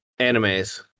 animes